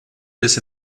bis